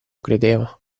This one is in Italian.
credeva